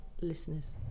listeners